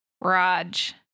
Raj